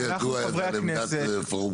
לי לא ידועה עמדת פורום קהלת.